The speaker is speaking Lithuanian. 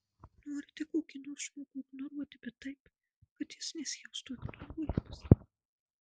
norite kokį nors žmogų ignoruoti bet taip kad jis nesijaustų ignoruojamas